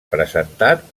presentat